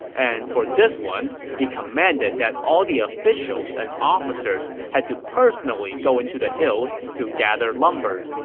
and for this one, he commanded that all the officials and officers had to personally go into the hills to gather lumber.